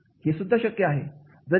हे सुद्धा शक्य आहे